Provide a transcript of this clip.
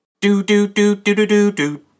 Do-do-do-do-do-do-do